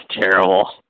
terrible